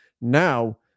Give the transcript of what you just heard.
Now